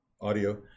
audio